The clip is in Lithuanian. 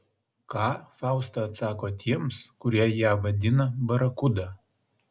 ką fausta atsako tiems kurie ją vadina barakuda